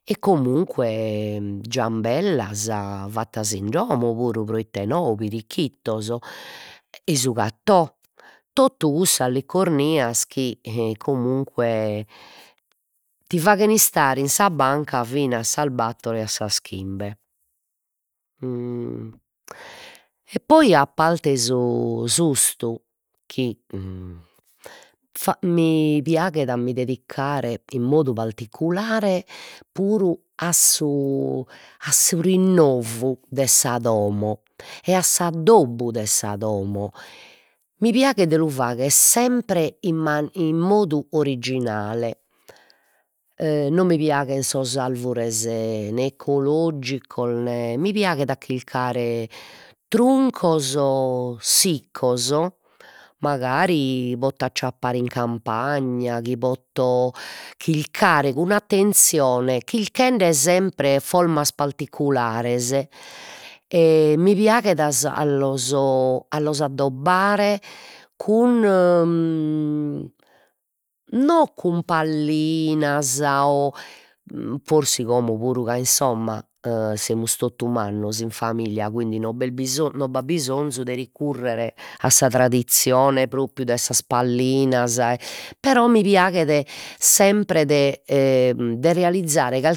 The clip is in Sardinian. E comunque e ciambellas fattas in domo, o puru proite no pirighittos, ei su cattò, totu cussas leccornias chi comunque ti faghen istare in sa banca fina a sas battor e a sas chimbe e poi a parte s''ustu chi mi piaghet a mi dedicare in modu particulare puru a su a su rennovu de sa domo, e a s'addobbu de sa domo, mi piaghet de lu fagher sempre in in modu originale e non mi piaghen sos arvures nè ecologicos nè mi piaghet a chircare truncos siccos mancari poto acciappare in campagna, chi poto chilcare cun attenzione chilchende sempre formas particulares e mi piaghet a sa a los a los addobbare cun non cun pallinas forsi como puru ca insomma e semus totu mannos in familia quindi non b'est non b'at bisonzu de recurrer a sa tradizione propriu de sas pallinas però mi piaghet sempre de e de realizzare cal